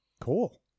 Cool